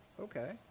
Okay